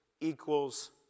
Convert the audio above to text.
equals